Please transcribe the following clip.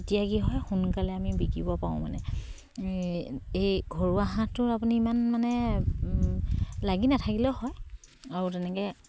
তেতিয়া কি হয় সোনকালে আমি বিকিব পাৰোঁ মানে এই ঘৰুৱা হাঁহটো আপুনি ইমান মানে লাগি নাথাকিলেও হয় আৰু তেনেকে